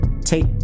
take